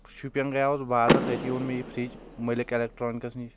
شُپین گٔیاوس بہٕ بازر تَتی اوٚن مےٚ یہِ فرج مٔلک ایٚلیکٹرانکسس نش